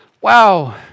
wow